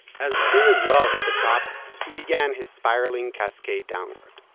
as soon as zohar hit the top, he began his spiraling cascade downward